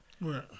Right